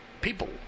People